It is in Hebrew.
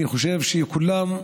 אני חושב שכולם,